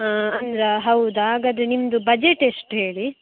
ಹಾಂ ಹಾಗಾ ಹೌದಾ ಹಾಗಾದರೆ ನಿಮ್ಮದು ಬಜೆಟ್ ಎಷ್ಟು ಹೇಳಿ